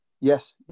Yes